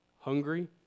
hungry